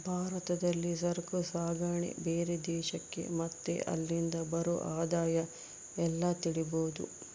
ಭಾರತದಲ್ಲಿ ಸರಕು ಸಾಗಣೆ ಬೇರೆ ದೇಶಕ್ಕೆ ಮತ್ತೆ ಅಲ್ಲಿಂದ ಬರೋ ಆದಾಯ ಎಲ್ಲ ತಿಳಿಬೋದು